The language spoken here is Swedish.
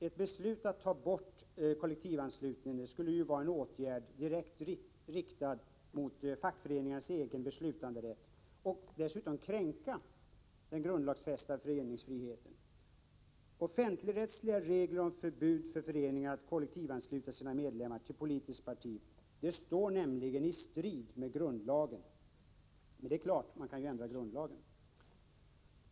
Ett beslut att ta bort kollektivanslutningen skulle vara en åtgärd direkt riktad mot fackföreningarnas egen beslutanderätt och skulle dessutom kränka den grundlagsfästa föreningsfriheten. Offentligrättsliga regler om förbud för föreningar att kollektivansluta sina medlemmar till politiskt parti står nämligen i strid med grundlagen. Men det är klart — man kan ju ändra grundlagen.